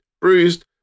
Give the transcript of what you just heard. bruised